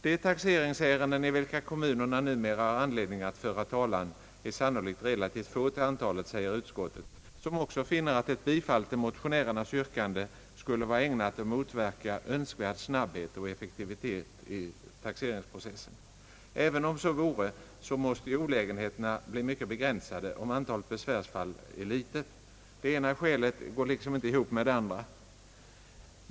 De taxeringsärenden i vilka kommunerna numera har anledning att föra talan är sannolikt relativt få till antalet, säger utskottet, som också finner att ett bifall till motionärernas yrkande skulle vara ägnat att motverka önskvärd snabbhet och effektivitet i taxeringsprocessen. Även om så vore så måste ju olägenheterna bli mycket begränsade, om antalet besvärsfall är litet. Det ena skälet går liksom inte ihop med det andra.